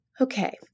okay